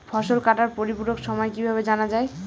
ফসল কাটার পরিপূরক সময় কিভাবে জানা যায়?